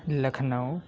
Lucknow